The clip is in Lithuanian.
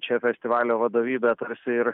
čia festivalio vadovybė tarsi ir